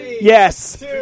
yes